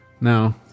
No